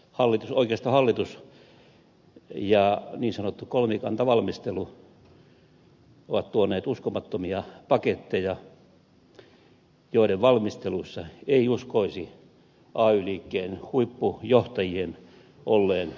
hallitus oikeistohallitus ja niin sanottu kolmikantavalmistelu ovat tuoneet uskomattomia paketteja joiden valmistelussa ei uskoisi ay liikkeen huippujohtajien olleen mukana